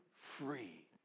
free